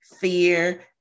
fear